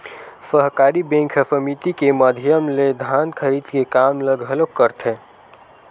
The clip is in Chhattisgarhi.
सहकारी बेंक ह समिति के माधियम ले धान खरीदे के काम ल घलोक करथे